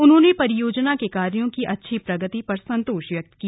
उन्होंने परियोजना के कार्यों की अच्छी प्रगति पर संतोष व्यक्त किया